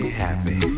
happy